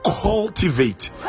cultivate